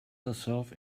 herself